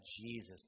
Jesus